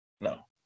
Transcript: No